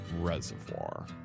reservoir